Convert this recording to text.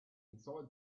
inside